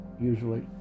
usually